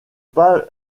pas